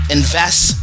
invest